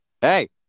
Hey